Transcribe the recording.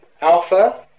alpha